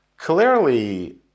Clearly